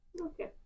Okay